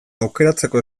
aukeratzeko